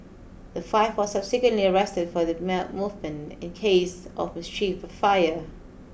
the five were subsequently arrested for their in case of mischief for fire